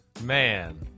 Man